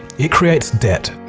it creates debt.